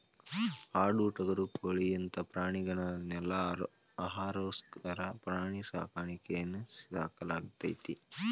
ಆಡು ಟಗರು ಕೋಳಿ ಇಂತ ಪ್ರಾಣಿಗಳನೆಲ್ಲ ಆಹಾರಕ್ಕೋಸ್ಕರ ಪ್ರಾಣಿ ಸಾಕಾಣಿಕೆಯಲ್ಲಿ ಸಾಕಲಾಗ್ತೇತಿ